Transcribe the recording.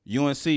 UNC